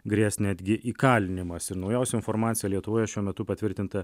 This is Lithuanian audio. grės netgi įkalinimas ir naujausia informacija lietuvoje šiuo metu patvirtinta